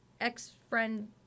ex-friend